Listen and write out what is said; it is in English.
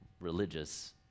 religious